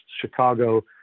Chicago